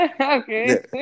Okay